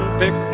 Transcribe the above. pick